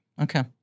Okay